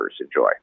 enjoy